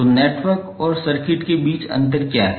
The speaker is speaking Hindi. तो नेटवर्क और सर्किट के बीच अंतर क्या हैं